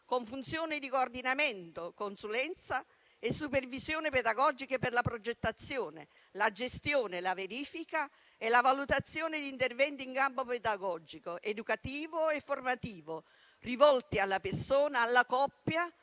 con funzioni di coordinamento, consulenza e supervisione pedagogica per la progettazione, la gestione, la verifica e la valutazione di interventi in campo pedagogico, educativo e formativo, rivolti alla persona, alla coppia,